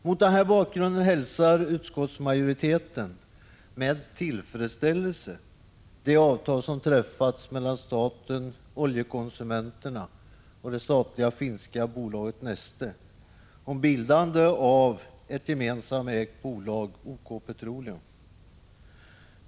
Mot den bakgrunden hälsar utskottsmajoriteten med tillfredsställelse det avtal som träffats mellan staten, Oljekonsumenterna och det statliga finska bolaget Neste om bildande av ett gemensamt ägt bolag, OK Petroleum.